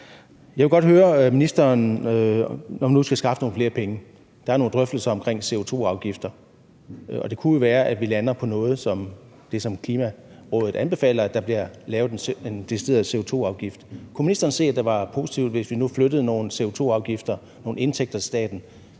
om noget, når hun nu skal skaffe nogle flere penge. Der er nogle drøftelser om CO2-afgifter, og det kunne jo være, at vi lander på det, som Klimarådet anbefaler, så der bliver lavet en decideret CO2-afgift. Kunne ministeren se, at det var positivt, hvis vi nu flyttede nogle CO2-afgifter, altså indtægter til staten,